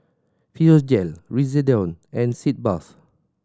Physiogel Redoxon and Sitz Bath